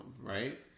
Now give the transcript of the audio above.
right